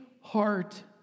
heart